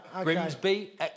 Grimsby